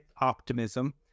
optimism